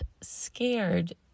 scared